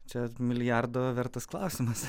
čia milijardo vertas klausimas